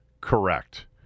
Correct